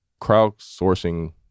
crowdsourcing